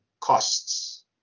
costs